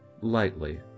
lightly